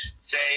say